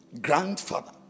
Grandfather